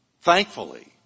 Thankfully